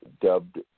dubbed